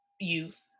youth